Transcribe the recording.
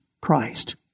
Christ